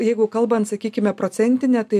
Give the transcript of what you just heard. jeigu kalbant sakykime procentine tai